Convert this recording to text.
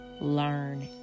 learn